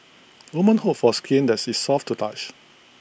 women hope for skin that is soft to touch